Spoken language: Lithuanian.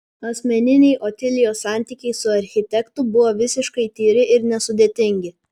asmeniniai otilijos santykiai su architektu buvo visiškai tyri ir nesudėtingi